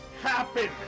happen